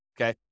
okay